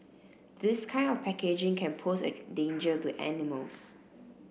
this kind of packaging can pose a danger to animals